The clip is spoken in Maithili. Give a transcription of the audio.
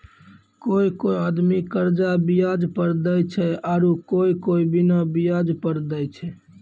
कोय कोय आदमी कर्जा बियाज पर देय छै आरू कोय कोय बिना बियाज पर देय छै